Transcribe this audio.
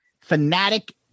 fanatic